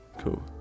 Cool